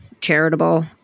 charitable